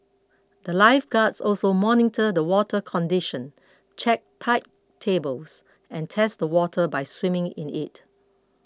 the Life guards also monitor the water condition check tide tables and test the water by swimming in it